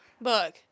book